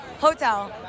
hotel